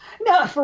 No